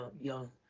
young